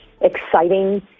exciting